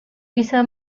bisa